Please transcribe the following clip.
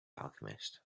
alchemist